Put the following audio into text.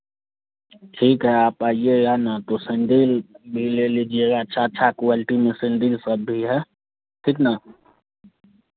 ठीक है आप आइएगा ना तो सैंडिल भी ले लीजिएगा अच्छा अच्छा क्वालिटी में सेंडिल सब भी है ठीक ना